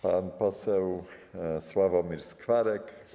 Pan poseł Sławomir Skwarek.